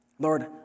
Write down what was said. Lord